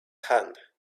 hand